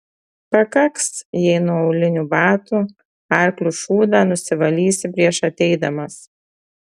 pakaks jei nuo aulinių batų arklių šūdą nusivalysi prieš ateidamas